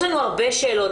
יש לנו הרבה שאלות,